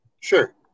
Sure